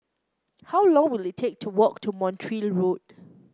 how long will it take to walk to Montreal Road